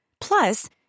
plus